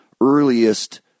earliest